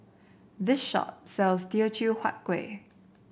this shop sells Teochew Huat Kuih